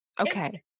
okay